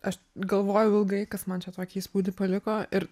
aš galvojau ilgai kas man čia tokį įspūdį paliko ir